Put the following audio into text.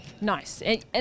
Nice